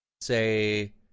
say